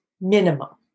minimum